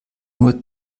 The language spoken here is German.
nur